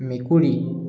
মেকুৰী